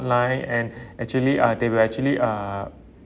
line and actually uh they're actually uh